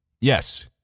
Yes